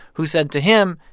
who said to him,